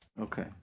Okay